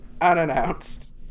unannounced